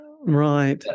Right